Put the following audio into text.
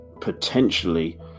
potentially